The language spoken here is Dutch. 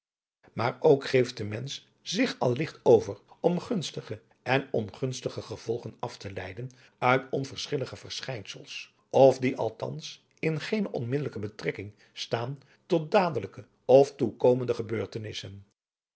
maar ook geeft de mensch zich al ligt over om gunstige en ongunstige gevolgen af te leiden uit adriaan loosjes pzn het leven van johannes wouter blommesteyn onverschillige verschijnsels of die althans in geene onmiddellijke betrekking staan tot dadelijke of toekomende gebeurtenissen